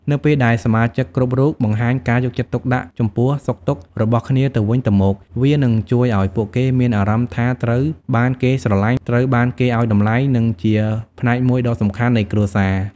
នៅពេលដែលសមាជិកគ្រប់រូបបង្ហាញការយកចិត្តទុកដាក់ចំពោះសុខទុក្ខរបស់គ្នាទៅវិញទៅមក វានឹងជួយឲ្យពួកគេមានអារម្មណ៍ថាត្រូវបានគេស្រឡាញ់ ត្រូវបានគេឲ្យតម្លៃ និងជាផ្នែកមួយដ៏សំខាន់នៃគ្រួសារ។